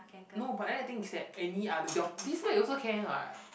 no but then the thing is that any other your this bag also can [what]